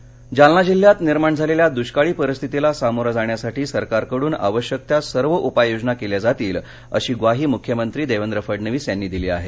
जालनाः जालना जिल्ह्यात निर्माण झालेल्या दुष्काळी परिस्थितीला समोरं जाण्यासाठी सरकारकडून आवश्यक त्या सर्व उपाययोजना केल्या जातील अशी ग्वाही मुख्यमंत्री देवेंद्र फडणवीस यांनी दिली आहे